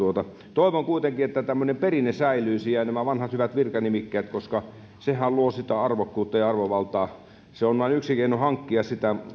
toivon kuitenkin että säilyisi tämmöinen perinne ja nämä vanhat hyvät virkanimikkeet koska sehän luo sitä arvokkuutta ja arvovaltaa se on vain yksi keino hankkia sitä